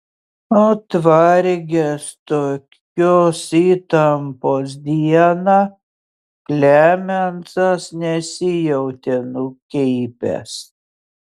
atvargęs tokios įtampos dieną klemensas nesijautė nukeipęs